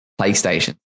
PlayStation